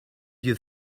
you